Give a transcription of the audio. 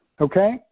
okay